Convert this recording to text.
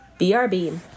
BRB